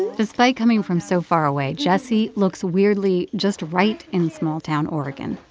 despite coming from so far away, jessie looks weirdly just right in small-town oregon.